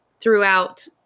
throughout